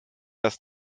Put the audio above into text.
das